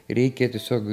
reikia tiesiog